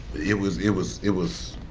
it was, it was, it was,